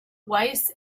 weis